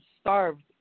starved